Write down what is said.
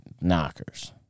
knockers